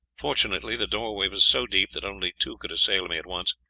fortunately the doorway was so deep that only two could assail me at once,